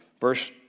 Verse